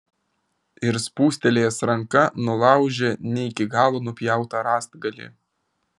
ir spūstelėjęs ranka nulaužė ne iki galo nupjautą rąstgalį